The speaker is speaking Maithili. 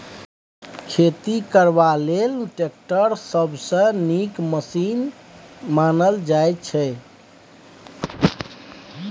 खेती करबा लेल टैक्टर सबसँ नीक मशीन मानल जाइ छै